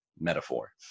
metaphor